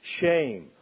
shame